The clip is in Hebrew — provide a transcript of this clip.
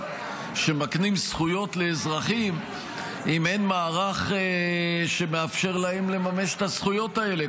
שמקנים זכויות לאזרחים אם אין מערך שמאפשר להם לממש את הזכויות האלה,